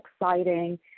exciting